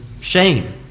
shame